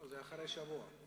לא, זה אחרי שבוע.